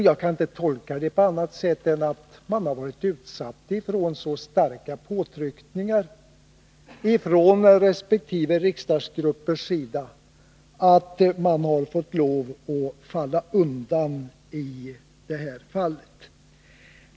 Jag kan inte tolka det på annat sätt än att de har varit utsatta för så starka påtryckningar från resp. riksdagsgrupps sida att de har fått lov att falla undan i det här fallet.